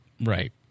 Right